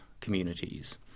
communities